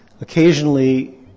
Occasionally